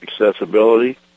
accessibility